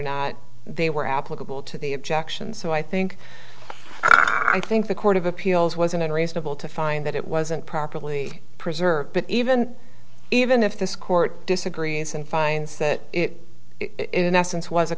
not they were applicable to the objections so i think i think the court of appeals was an unreasonable to find that it wasn't properly preserved but even even if this court disagrees and finds that it in essence was a